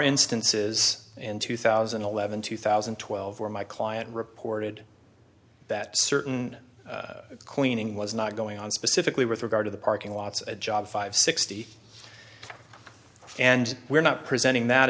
instances in two thousand and eleven two thousand and twelve where my client reported that certain cleaning was not going on specifically with regard to the parking lots a job five sixty and we're not presenting that